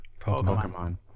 Pokemon